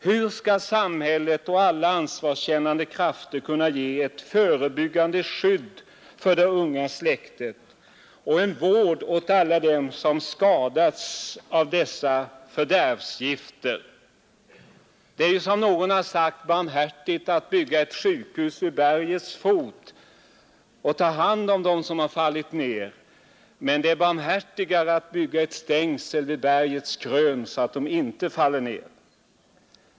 Hur skall samhället och alla ansvarskännande krafter kunna ge ett förebyggande skydd för det unga släktet och vård åt alla dem som skadats av dessa fördärvsgifter? Det är ju, som någon sagt, barmhärtigt att bygga ett sjukhus vid bergets fot och ta hand om dem som har fallit ner, men det är barmhärtigare att bygga ett stängsel vid bergets krön så att de inte faller ner.